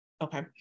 Okay